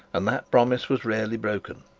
and that promise was rarely broken.